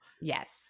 Yes